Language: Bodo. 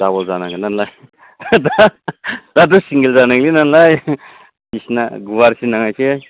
दाबोल जानांगोन नालाय दा दाथ' सिंगेल जानाय नंला नालाय बिसना गुवारसिन नांनोसै